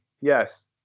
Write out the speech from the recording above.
yes